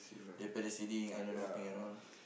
then parasailing island hopping around